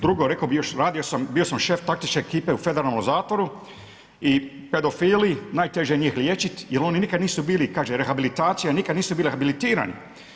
Drugo, rekao bih još, radio sam, bio sam šef … ekipe u federalnom zatvoru i pedofili, najteže je njih liječiti jer oni nikad nisu bili, kaže rehabilitacija, nikad nisu bili rehabilitirani.